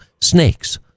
snakes